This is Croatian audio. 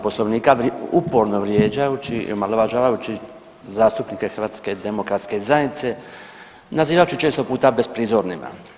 Poslovnika uporno vrijeđajući i omalovažavajući zastupnike HDZ-a nazivajući ih često puta besprizornima.